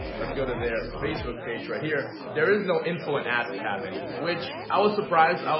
let's go to their facebook page right here there is no info and ads tab anymore, which i was surprised. i